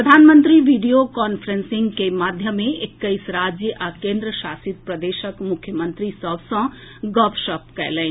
प्रधानमंत्री video conferencing के माध्यमे एक्कैस राज्य आ केंद्र शासित प्रदेशक मुख्यमंत्री सभ सॅ गपशप कयलनि